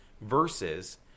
versus